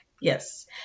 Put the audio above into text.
Yes